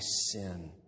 sin